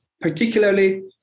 particularly